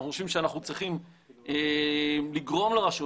אנחנו חושבים שאנחנו צריכים לגרום לרשות,